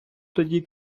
тоді